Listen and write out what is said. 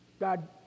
God